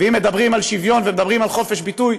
ואם מדברים על שוויון ומדברים על חופש ביטוי,